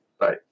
Bye